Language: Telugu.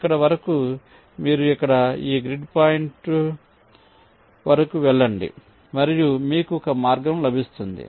ఇక్కడ వరకు మీరు ఇక్కడ ఈ గ్రిడ్ పాయింట్ వరకు వెళ్లండి మరియు మీకు ఒక మార్గం లభిస్తుంది